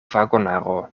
vagonaro